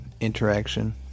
interaction